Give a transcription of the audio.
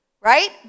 right